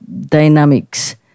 dynamics